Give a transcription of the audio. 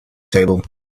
table